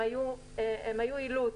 מדובר באילוץ,